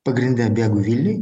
pagrinde bėgu vilniuj